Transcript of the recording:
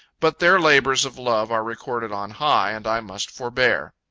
but their labors of love are recorded on high, and i must forbear.